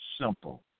simple